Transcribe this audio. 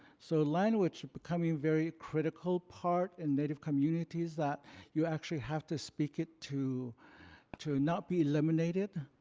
so language becoming a very critical part in native communities, that you actually have to speak it to to not be eliminated